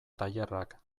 tailerrak